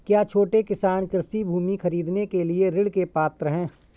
क्या छोटे किसान कृषि भूमि खरीदने के लिए ऋण के पात्र हैं?